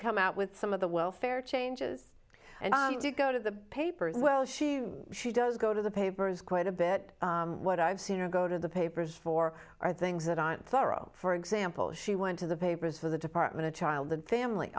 come out with some of the welfare changes and i did go to the paper as well she she does go to the papers quite a bit what i've seen her go to the papers for are things that on thorough for example she went to the papers for the department of child and family